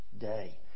day